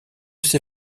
ces